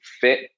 fit